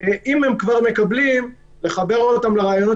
אם הם כבר מקבלים צריך לחבר אותם לרעיונות